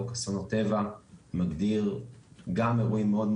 מגדיר גם אירועים מאוד,